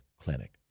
Clinic